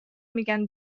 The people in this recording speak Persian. میگن